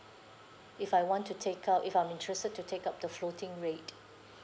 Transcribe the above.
if I want to take up if I'm interested to take up the floating rate